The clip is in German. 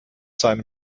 seinem